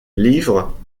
livre